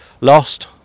lost